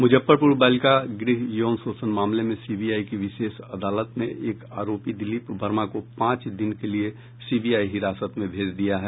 मुजफ्फरपुर बालिका गृह यौन शोषण मामले में सीबीआई की विशेष अदालत ने एक आरोपी दिलीप वर्मा को पांच दिन के लिए सीबीआई हिरासत में भेज दिया है